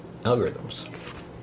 algorithms